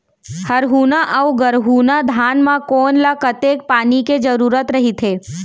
हरहुना अऊ गरहुना धान म कोन ला कतेक पानी के जरूरत रहिथे?